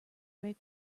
break